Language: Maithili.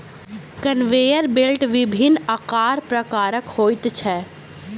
कन्वेयर बेल्ट विभिन्न आकार प्रकारक होइत छै